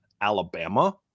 Alabama